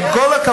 עם כל הכבוד,